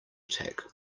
attack